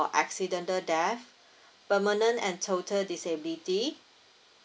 accidental death permanent and total disability